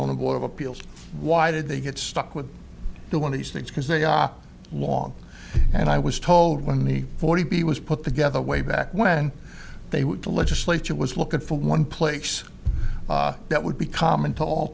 zoning board of appeals why did they get stuck with the one of these things because they are long and i was told when the forty b was put together way back when they were the legislature was looking for one place that would be common to all